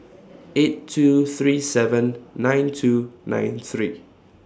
eight two three seven nine two nine three